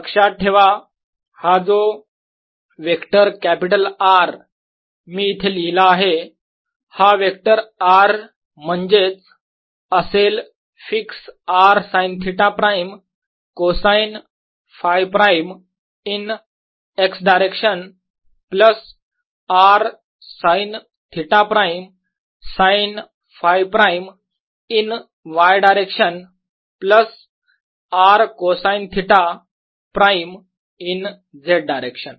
लक्षात ठेवा हा जो वेक्टर कॅपिटल R मी इथे लिहिला आहे हा वेक्टर R म्हणजेच असेल fix R sine theta prime cosine Φ prime in x direction plus r sine theta prime sine Φ prime in y direction plus r cosine theta prime in z direction